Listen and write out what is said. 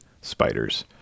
spiders